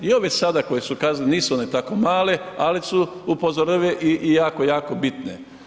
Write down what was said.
I ove sada koje su kazne nisu one tako male ali su upozorive i jako, jako bitne.